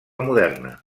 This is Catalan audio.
moderna